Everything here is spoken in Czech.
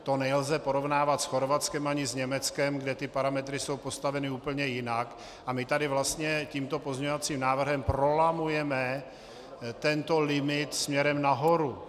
To nelze porovnávat s Chorvatskem ani s Německem, kde ty parametry jsou postaveny úplně jinak, a my tady vlastně tímto pozměňovacím návrhem prolamujeme tento limit směrem nahoru.